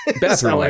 Bathroom